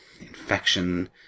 Infection